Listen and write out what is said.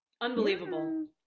unbelievable